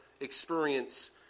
experience